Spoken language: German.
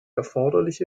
erforderliche